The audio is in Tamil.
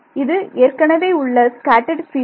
இது ஏற்கனவே உள்ள ஸ்கேட்டர்ட் பீல்டு